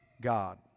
God